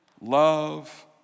love